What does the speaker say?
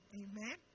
amen